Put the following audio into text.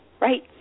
Right